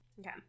Okay